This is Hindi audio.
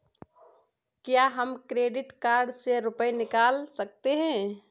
क्या हम क्रेडिट कार्ड से रुपये निकाल सकते हैं?